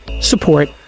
support